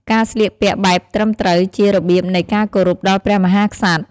ការស្លៀកពាក់បែបត្រឹមត្រូវជារបៀបនៃការគោរពដល់ព្រះមហាក្សត្រ។